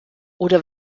oder